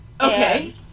Okay